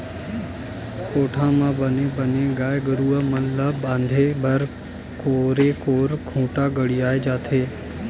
कोठा म बने गाय गरुवा मन ल बांधे बर कोरे कोर खूंटा गड़ियाये जाथे